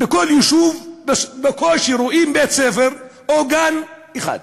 בכל יישוב בקושי רואים בית-ספר או גן אחד.